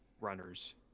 runners